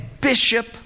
bishop